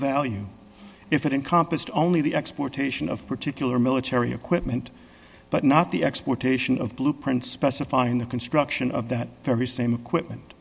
value if it encompassed only the exploitation of particular military equipment but not the exploitation of blueprints specified in the construction of that very same equipment